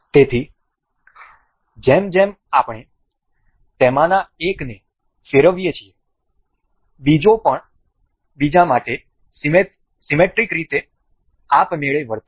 તેથી જેમ જેમ આપણે તેમાંના એકને ફેરવીએ છીએ બીજો એક બીજા માટે સીમેટ્રિક રીતે વર્તે છે